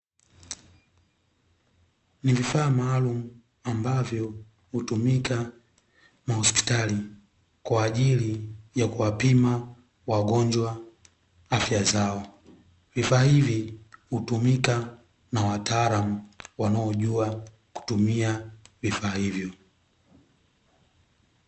Ni vifaa maalumu ambavyo hutumika mahospitali kwa ajili ya kuwapima wagonjwa afya zao, vifaa hivi hutumika na wataalamu wanaojua kutumia vifaa hivyo.